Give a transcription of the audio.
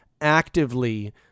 actively